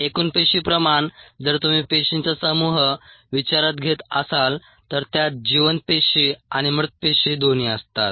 एकूण पेशी प्रमाण जर तुम्ही पेशींचा समूह विचारात घेत असाल तर त्यात जिवंत पेशी आणि मृत पेशी दोन्ही असतात